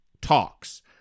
talks